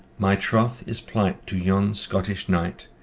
my troth is plight to yon scottish knight,